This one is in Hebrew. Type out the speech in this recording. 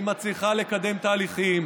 היא מצליחה לקדם תהליכים